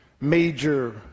major